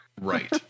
Right